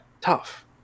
tough